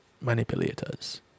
manipulators